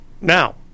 Now